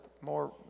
more